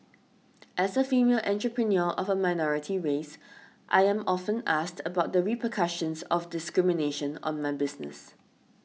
as a female entrepreneur of a minority race I am often asked about the repercussions of discrimination on my business